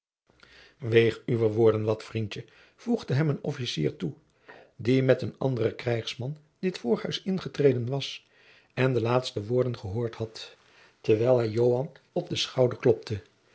weeg uwe woorden wat vriendje voegde hem een officier toe die met een anderen krijgsman dit voorhuis ingetreden was en de laatste woorden gehoord had terwijl hij joan op den schouder klopte